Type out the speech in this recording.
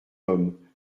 homme